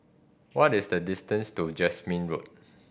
what is the distance to Jasmine Road